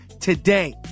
today